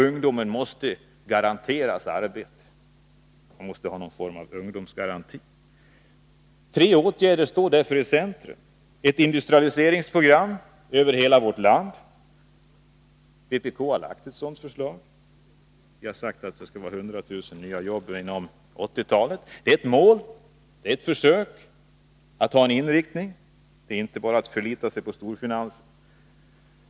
Ungdomen måste garanteras arbete — man måste ha någon form av ungdomsgaranti. Tre åtgärder står därför i centrum. Det behövs ett industrialiseringsprogram för hela vårt land. Vpk har lagt fram ett sådant förslag. Vi har sagt att det skall skapas 100 000 nya jobb inom 1980-talet. Det är ett mål, ett försök att ha en inriktning — det är inte bara att förlita sig på storfinansen.